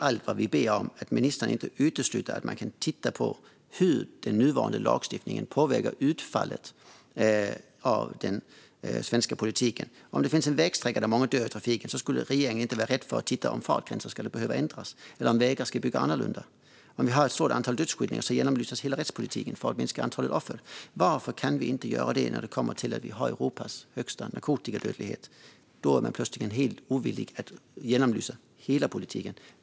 Allt vi ber om är att ministern inte utesluter möjligheten att titta på hur den nuvarande lagstiftningen påverkar utfallet av den svenska politiken. Om det finns en vägsträcka där många dör i trafiken är regeringen inte rädd för att titta på om fartgränserna kan behöva ändras eller om vägen ska byggas annorlunda. När vi har ett stort antal dödsskjutningar genomlyses hela rättspolitiken för att minska antalet offer. Varför kan man inte göra detsamma när det kommer till det faktum att vi har Europas högsta narkotikadödlighet? Då är man plötsligt ovillig att genomlysa hela politiken.